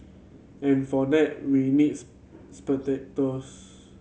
and for that we needs spectators